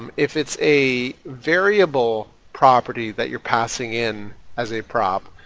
um if it's a variable property that you're passing in as a prop,